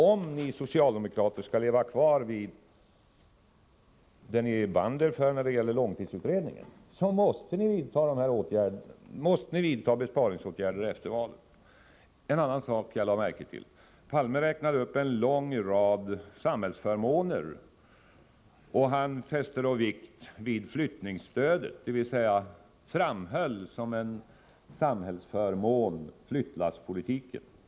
Om ni socialdemokrater skall leva kvar med det som ni band er för när det gäller långtidsutredningen så måste ni vidta besparingsåtgärder efter valet. En annan sak som jag lade märke till: Olof Palme räknade upp en lång rad samhällsförmåner, och han fäste då vikt vid flyttningsstödet, dvs. han framhöll flyttlasspolitiken som en samhällsförmån.